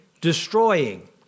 destroying